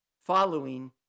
following